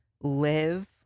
live